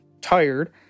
tired